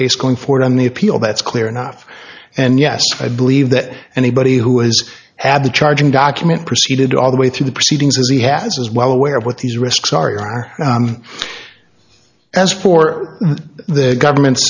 case going forward on the appeal that's clear enough and yes i believe that anybody who has had the charging document proceeded all the way through the proceedings as he has is well aware of what these risks are as for the government